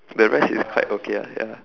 the rest is quite okay ah ya